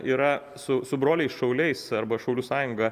yra su su broliais šauliais arba šaulių sąjunga